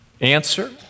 Answer